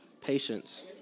patience